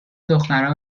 دخترها